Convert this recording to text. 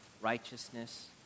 righteousness